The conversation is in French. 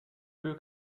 peu